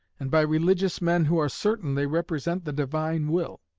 and by religious men who are certain they represent the divine will.